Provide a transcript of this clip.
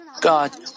God